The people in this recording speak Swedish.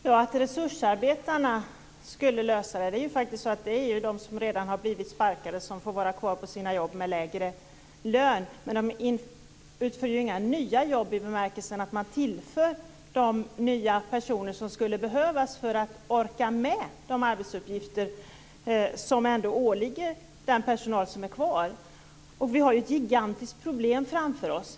Fru talman! Jag tror inte att resursarbetarna kan lösa detta. Det är ju de som redan har blivit sparkade men som får vara kvar på sina jobb med lägre lön. De utför ju inga nya jobb i samma bemärkelse som om man tillförde de nya personer som skulle behövas för att orka med de arbetsuppgifter som åligger den personal som är kvar. Vi har ett gigantiskt problem framför oss.